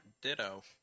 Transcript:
Ditto